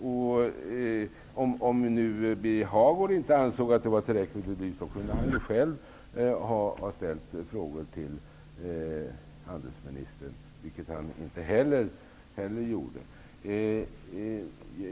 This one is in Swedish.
Om nu Birger Hagård ansåg att det inte var tillräckligt belyst hade han själv kunnat ställa frågor till utrikeshandelsministern, vilket han inte gjorde.